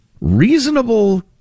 Reasonable